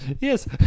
yes